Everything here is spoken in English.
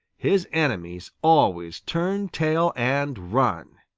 his enemies always turn tail and run.